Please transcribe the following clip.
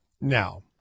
Now